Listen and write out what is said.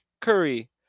Curry